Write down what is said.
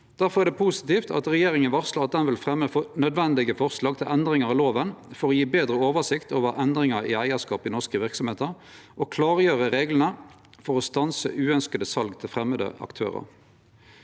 Difor er det positivt at regjeringa varslar at ho vil fremje nødvendige forslag til endringar av loven for å gje betre oversikt over endringar i eigarskap i norske verksemder og klargjere reglane for å stanse uønskte sal til framande aktørar.